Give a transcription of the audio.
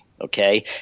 Okay